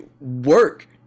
work